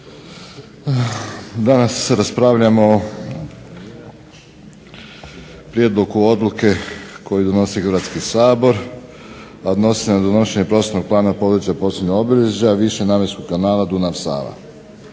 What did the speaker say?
Danas raspravljamo o prijedlogu odluke koji donosi Hrvatski sabor, a odnosi se na donošenje Prostornog plana područja posebnih obilježja višenamjenskog kanala Dunav-Sava.